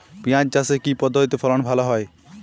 পিঁয়াজ চাষে কি পদ্ধতিতে ফলন ভালো হয়?